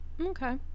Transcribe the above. okay